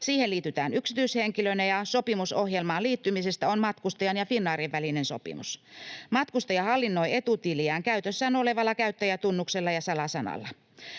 Siihen liitytään yksityishenkilönä, ja sopimus ohjelmaan liittymisestä on matkustajan ja Finnairin välinen sopimus. Matkustaja hallinnoi etutiliään käytössään olevalla käyttäjätunnuksella ja salasanalla.